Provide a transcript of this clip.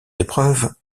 épreuves